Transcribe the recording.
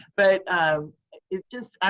but it just,